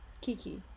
Kiki